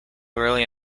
really